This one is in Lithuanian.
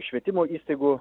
švietimo įstaigų